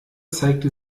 zeigte